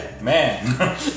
Man